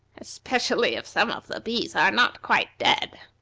especially if some of the bees are not quite dead.